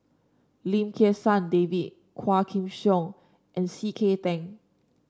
Lim Kim San David Quah Kim Song and C K Tang